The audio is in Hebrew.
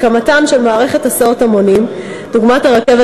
הקמתן של מערכות הסעות המונים דוגמת הרכבת